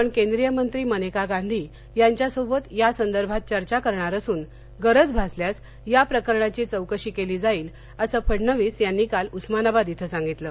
आपण केंद्रीय मंत्री मेनका गांधी यांच्यासोबत यासंदर्भात चर्चा करणार असून गरज भासल्यास या प्रकरणाची चौकसी केली जाईल असं फडणवीस यांनी काल उस्मानाबाद इथं सांगितलं